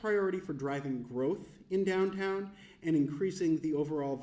priority for driving growth in downtown and increasing the overall